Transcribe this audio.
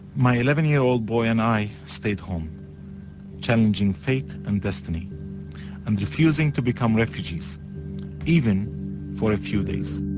my eleven year old boy and i stayed home challenging fate and destiny and refusing to become refugees even for a few days.